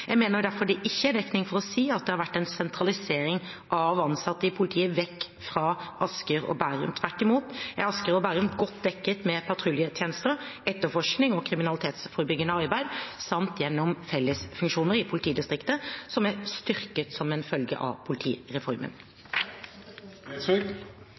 Jeg mener derfor det ikke er dekning for å si at det har vært en sentralisering av ansatte i politiet vekk fra Asker og Bærum. Tvert imot er Asker og Bærum godt dekket med patruljetjenester, etterforskning og kriminalitetsforebyggende arbeid, samt gjennom fellesfunksjoner i politidistriktet, som er styrket som en følge av politireformen.